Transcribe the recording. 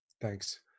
Thanks